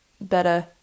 better